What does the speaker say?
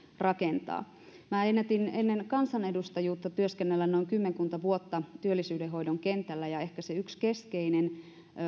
rakentaa minä ennätin ennen kansanedustajuutta työskennellä kymmenkunta vuotta työllisyydenhoidon kentällä ja ehkä se yksi keskeinen